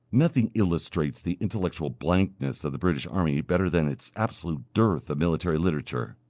nothing illustrates the intellectual blankness of the british army better than its absolute dearth of military literature.